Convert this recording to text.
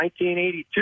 1982